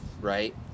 right